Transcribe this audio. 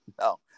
no